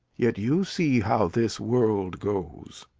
yet you see how this world goes.